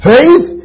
Faith